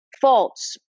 false